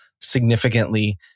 significantly